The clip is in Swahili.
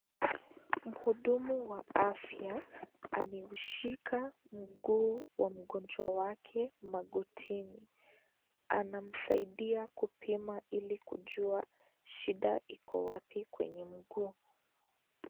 mhudumu wa afya ameushika mguu wa mgonjwa wake magotini. Anamsaidia kupima ili kujua shida iko wapi kweye mguu.